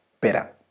better